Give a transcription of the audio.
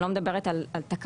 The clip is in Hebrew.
אני לא מדברת על תקלה,